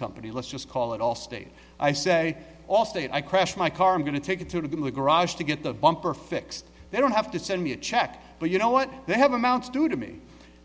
company let's just call it all state i say allstate i crashed my car i'm going to take it to the garage to get the bumper fixed they don't have to send me a check but you know what they have amounts do to me